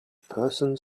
person